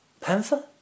panther